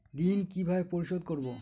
ঋণ কিভাবে পরিশোধ করব?